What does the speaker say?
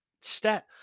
stat